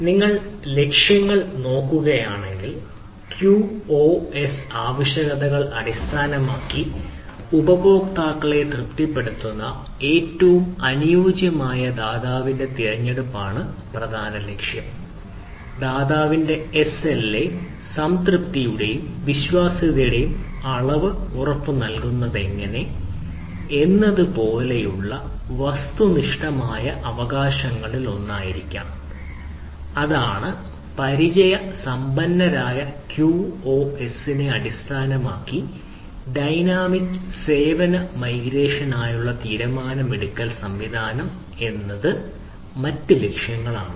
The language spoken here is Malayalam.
നിങ്ങൾ ലക്ഷ്യങ്ങൾ നോക്കുകയാണെങ്കിൽ ക്യൂഒഎസ് തീരുമാനമെടുക്കൽ സംവിധാനം എന്നത് മറ്റ് ലക്ഷ്യങ്ങൾ ആണ്